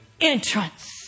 entrance